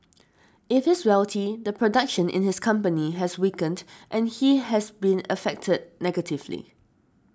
if he's wealthy the production in his company has weakened and he has been affected negatively